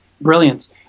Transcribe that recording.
brilliance